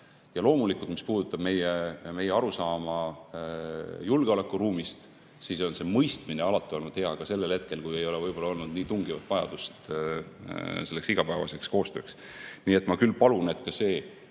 Ja loomulikult, mis puudutab meie arusaama julgeolekuruumist, siis on see mõistmine alati olnud hea ka sellel ajal, kui ei ole võib-olla olnud nii tungivat vajadust igapäevaseks koostööks. Nii et ma küll palun, et ei